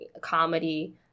comedy